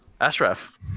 Ashraf